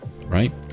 Right